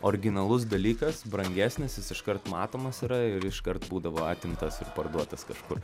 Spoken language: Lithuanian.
originalus dalykas brangesnis jis iškart matomas yra ir iškart būdavo atimtas ir parduotas kažkur